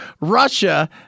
Russia